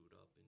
up